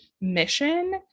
mission